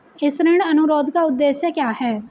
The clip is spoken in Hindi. इस ऋण अनुरोध का उद्देश्य क्या है?